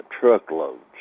truckloads